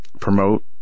promote